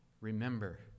remember